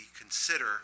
consider